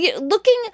looking